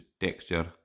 texture